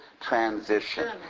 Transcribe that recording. Transition